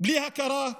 בלי הכרה,